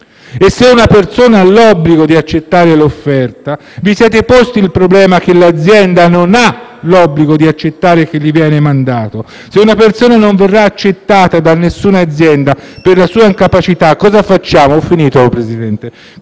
E se una persona ha l'obbligo di accettare l'offerta, vi siete posti il problema che l'azienda non ha l'obbligo di accettare chi gli verrà mandato? Se una persona non verrà accettata da nessuna azienda per la sua incapacità, cosa facciamo? Come ci si